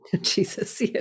Jesus